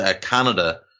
Canada